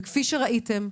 כפי שראיתם,